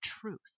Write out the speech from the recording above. truth